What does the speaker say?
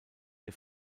der